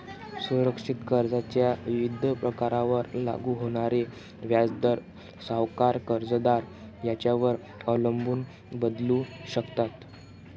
असुरक्षित कर्जाच्या विविध प्रकारांवर लागू होणारे व्याजदर सावकार, कर्जदार यांच्यावर अवलंबून बदलू शकतात